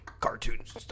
cartoons